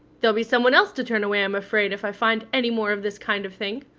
there'll be some one else to turn away, i'm afraid, if i find any more of this kind of thing.